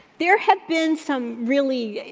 there have been some really,